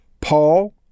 Paul